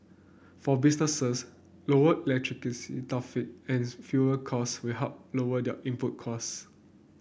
for businesses lower electricity tariff and fuel costs will help lower their input costs